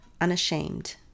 unashamed